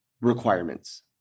requirements